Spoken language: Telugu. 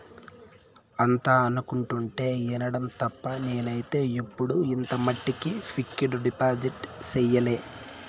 అంతా అనుకుంటుంటే ఇనడం తప్ప నేనైతే ఎప్పుడు ఇంత మట్టికి ఫిక్కడు డిపాజిట్ సెయ్యలే